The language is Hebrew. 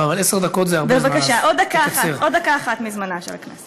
לא, אבל עשר דקות זה הרבה זמן, אז לקצר.